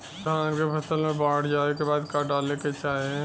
धान के फ़सल मे बाढ़ जाऐं के बाद का डाले के चाही?